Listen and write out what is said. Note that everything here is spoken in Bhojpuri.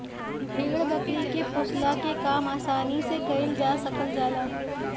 भेड़ बकरी के पोसला के काम आसानी से कईल जा सकल जाला